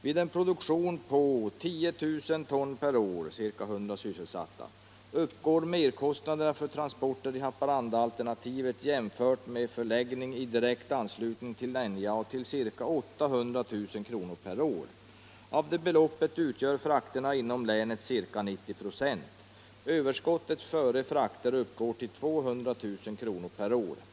Vid en produktion på 10 000 ton per år uppgår merkost naderna för transporter i Haparanda-alternativet jämfört med förläggning i direkt anslutning till NJA till ca 800 000 kr. per år. Av detta belopp utgör frakterna inom länet ca 90 96. Överskottet före frakter uppgår till ca 200 000 kr. per år.